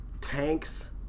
tanks